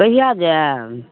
कहिया जायब